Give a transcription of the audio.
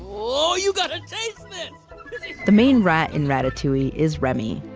you know you know the the main rat in ratatouille is remy,